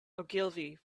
ogilvy